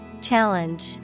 Challenge